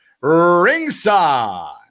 ringside